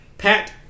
Pat